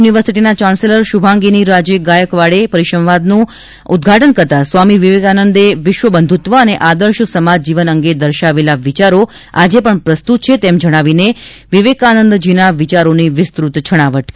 યુનિવર્સિટીના ચાન્સેલર શુભાંગીની રાજે ગાયકવાડે પરિસંવાદનું ઉદઘાટન કરતાં સ્વામી વિવેકાનંદે વિશ્વ બંધુત્વ અને આદર્શ સમાજ જીવન અંગે દર્શાવેલા વિચારો આજે પણ પ્રસ્તુત છે તેમ જણાવીને વિવેકાનંદના વિચારોની વિસ્તૃત છણાવટ કરી હતી